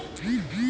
गेहूँ कब लगाएँ?